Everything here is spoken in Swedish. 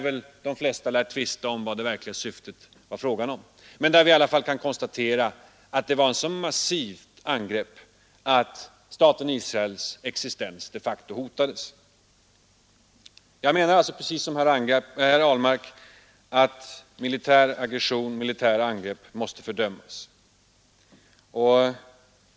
Vi kan konstatera att angreppet var så massivt att staten Israels existens de facto hotades. Jag menar alltså, precis som herr Ahlmark, att militär aggression och militära angrepp måste fördömas.